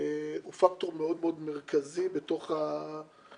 הוא פקטור מאוד מאוד מרכזי בתוך -- שם